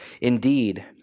Indeed